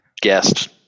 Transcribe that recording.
guest